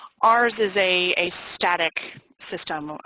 ours is a a static system.